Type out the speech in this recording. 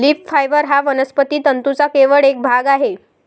leaf fibre हा वनस्पती तंतूंचा केवळ एक भाग आहे